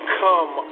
come